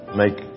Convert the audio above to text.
make